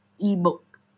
e-book